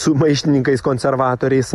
su maištininkais konservatoriais